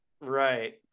Right